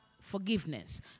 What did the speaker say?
forgiveness